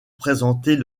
présenter